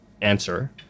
answer